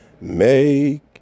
Make